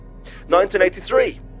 1983